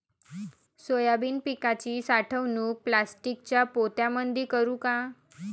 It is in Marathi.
सोयाबीन पिकाची साठवणूक प्लास्टिकच्या पोत्यामंदी करू का?